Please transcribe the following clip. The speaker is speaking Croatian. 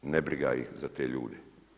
Nebriga ih za te ljude.